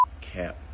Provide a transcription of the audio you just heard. Cap